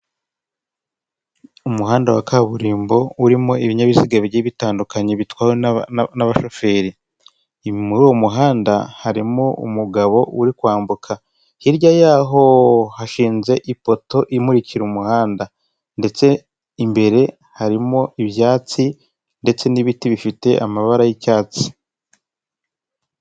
Umuhanda wa kaburimbo urimo ibinyabiziga bigiye bitandukanye bitwawe n'abashoferi. Muri uwo muhanda, harimo umugabo uri kwambuka. Hirya yahooo, hashinze ipoto imurikira umuhanda, ndetse imbere harimo ibyatsi ndetse n'ibiti bifite amabara y'icyatsi.